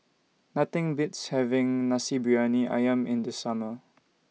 Nothing Beats having Nasi Briyani Ayam in The Summer